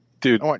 Dude